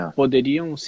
poderiam